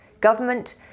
Government